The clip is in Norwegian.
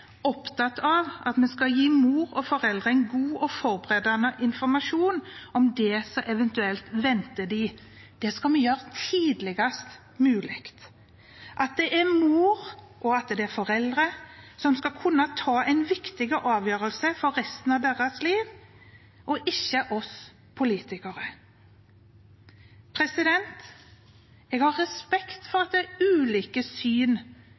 opptatt av at vi skal gi mor og foreldre en god og forberedende informasjon om det som eventuelt venter dem. Det skal vi gjøre tidligst mulig. Det er mor og foreldre som skal kunne ta en viktig avgjørelse for resten av deres liv, og ikke vi politikere. Jeg har respekt for at det er ulike syn